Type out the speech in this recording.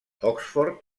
oxford